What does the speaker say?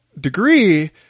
degree